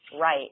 Right